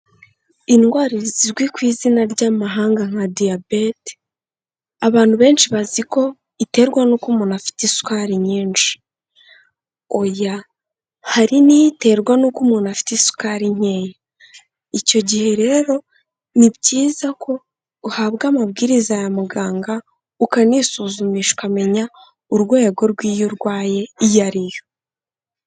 Indwara zizwi ku izina ry'amahanga nka Diyabete, abantu benshi bazi ko iterwa n'uko umuntu afite isukari nyinshi. Oya hari n'iterwa n'uko umuntu afite isukari nkeya. Icyo gihe rero ni byiza ko uhabwa amabwiriza ya muganga, ukanisuzumisha ukamenya urwego rw'iyo urwaye iyo ariyo.